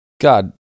God